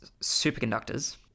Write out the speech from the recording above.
superconductors